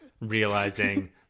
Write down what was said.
realizing